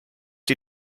die